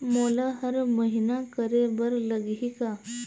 मोला हर महीना करे बर लगही का?